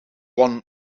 one